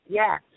yes